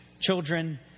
children